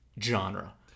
genre